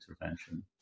intervention